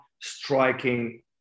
striking